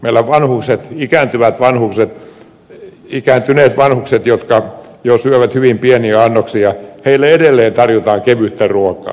meillä ikääntyneille vanhuksille jotka syövät jo hyvin pieniä annoksia edelleen tarjotaan kevyttä ruokaa